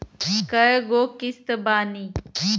कय गो किस्त बानी?